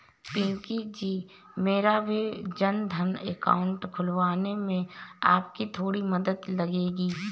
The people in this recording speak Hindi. पिंकी जी मेरा भी जनधन अकाउंट खुलवाने में आपकी थोड़ी मदद लगेगी